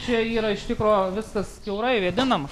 čia yra iš tikro viskas kiaurai vėdinama